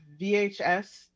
VHS